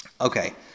Okay